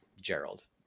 gerald